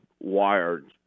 wired